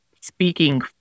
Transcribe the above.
speaking